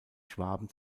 schwaben